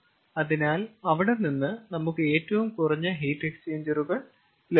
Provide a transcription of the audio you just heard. അതിനാൽ അവിടെ നിന്ന് നമുക്ക് ഏറ്റവും കുറഞ്ഞ ഹീറ്റ് എക്സ്ചേഞ്ചറുകൾ ലഭിക്കും